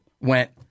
went